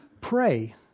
pray